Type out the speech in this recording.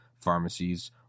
pharmacies